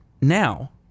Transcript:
now